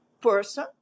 person